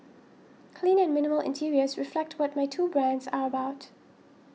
clean and minimal interiors reflect what my two brands are about